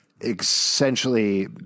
essentially